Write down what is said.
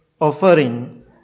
offering